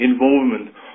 involvement